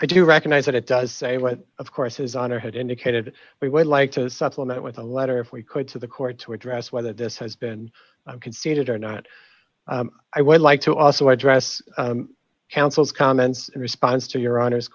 i do recognize that it does say what of course his honor had indicated we would like to supplement with a letter if we could to the court to address whether this has been conceded or not i would like to also address counsel's comments in response to your honor